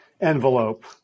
envelope